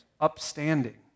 upstanding